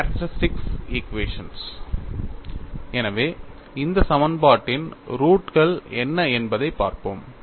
characteristics equation எனவே இந்த சமன்பாட்டின் ரூட் கள் என்ன என்பதைப் பார்ப்போம்